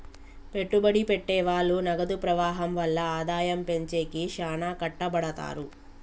పెట్టుబడి పెట్టె వాళ్ళు నగదు ప్రవాహం వల్ల ఆదాయం పెంచేకి శ్యానా కట్టపడతారు